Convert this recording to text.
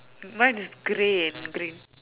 mine is grey and green